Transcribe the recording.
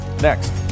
Next